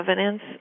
evidence